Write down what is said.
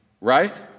right